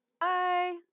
Bye